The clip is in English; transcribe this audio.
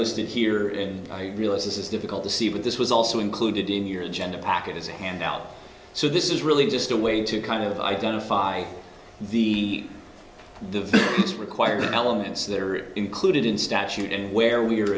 listed here in i realize this is difficult to see with this was also included in your agenda packet as a handout so this is really just a way to kind of identify the the it's required elements that are included in statute and where we